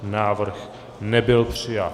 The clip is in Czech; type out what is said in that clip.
Návrh nebyl přijat.